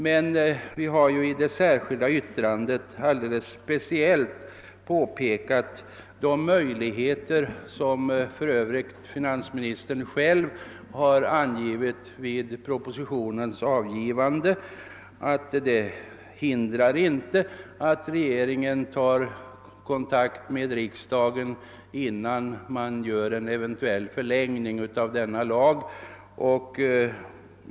Men vi har i det särskilda yttrandet alldeles speciellt framhållit de möjligheter som för övrigt finansministern själv har påpekat vid propositionens avlämnande, nämligen att det inte föreligger hinder för regeringen att ta kontakt med riksdagen, innan regeringen beslutar förlängning av denna lags giltighetstid.